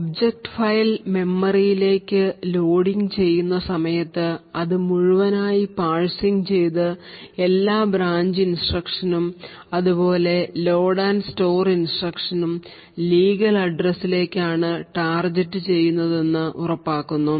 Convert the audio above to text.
object file മെമ്മറിയിലേക്ക് loading ചെയ്യുന്ന സമയത്ത് അത് മുഴുവനായി പാഴ്സിങ് ചെയ്തു എല്ലാ ബ്രാഞ്ച് ഇൻസ്ട്രക്ഷനും അതുപോലെ ലോഡ് ആൻഡ് സ്റ്റോർ ഇൻസ്ട്രക്ഷനും ലീഗൽ അഡ്രസ്സിലേക്ക് ആണ് ടാർജറ്റ് ചെയ്യുന്നതെന്ന് ഉറപ്പാക്കുന്നു